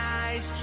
eyes